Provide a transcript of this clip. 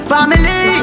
Family